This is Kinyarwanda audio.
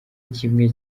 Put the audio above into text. kimwe